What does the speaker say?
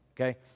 okay